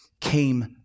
came